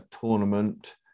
tournament